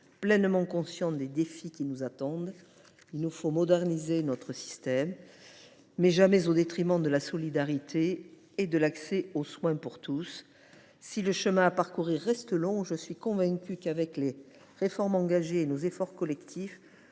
pleinement conscients des défis qui nous attendent. Il nous faut moderniser notre système, mais jamais au détriment de la solidarité et de l’accès aux soins pour tous. Si le chemin à parcourir reste long, je suis convaincue qu’avec les réformes engagées et nos efforts collectifs,